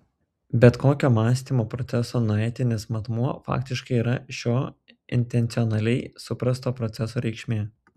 bet kokio mąstymo proceso noetinis matmuo faktiškai yra šio intencionaliai suprasto proceso reikšmė